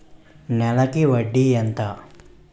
నెలకి వడ్డీ ఎంత?